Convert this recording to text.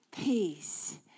peace